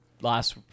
last